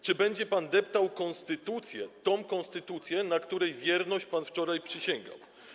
Czy będzie pan deptał konstytucję, tę konstytucję, na której wierność pan wczoraj przysięgał?